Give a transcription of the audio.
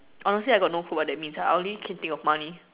honestly I got no clue what that means I only can think of money